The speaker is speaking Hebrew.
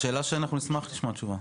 זו שאלה שאנחנו נשמח לשמוע תשובה.